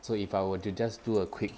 so if I were to just do a quick